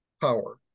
power